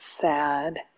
sad